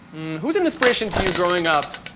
who was an inspiration to you growing up?